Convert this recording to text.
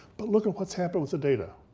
but look at what's happened with the data,